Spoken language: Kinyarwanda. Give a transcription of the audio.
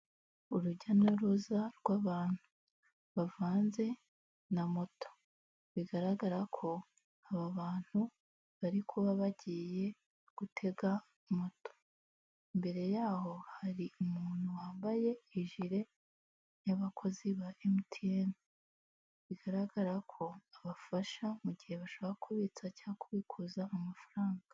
Urujya n'uruza rw'abantu bavanze na moto bigaragara ko aba bantu bari kuba bagiye gutega moto, imbere yaho hari umuntu wambaye ijire y'abakozi ba MTN bigaragara ko abafasha mu gihe bashaka kubitsa cyangwa kubikuza amafaranga.